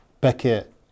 Beckett